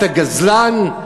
את הגזלן,